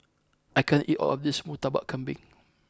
I can't eat all of this Murtabak Kambing